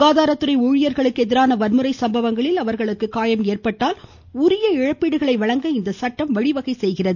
சுகாதார துறை ஊழியர்களுக்கு எதிரான வன்முறை சம்பவங்களில் அவர்களுக்கு காயம் ஏற்பட்டால் உரிய இழப்பீடுகளை வழங்க இந்த சட்டம் வழிவகை செய்கிறது